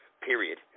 Period